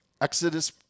Exodus